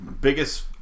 Biggest